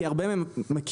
כי הרבה מהם מכירים,